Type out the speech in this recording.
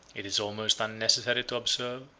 it is almost unnecessary to observe,